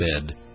bed